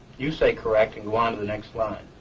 you say correct. and go onto the next line.